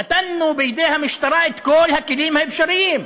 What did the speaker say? נתנו בידי המשטרה את כל הכלים האפשריים.